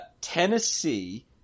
Tennessee